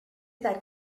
that